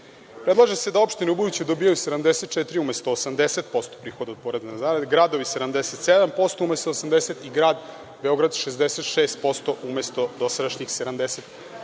se da opštine ubuduće dobijaju 74% umesto 80% prihoda od poreza na zarade, gradovi 77% umesto 80% i Grad Beograd 66% umesto dosadašnjih 70%.